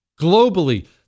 Globally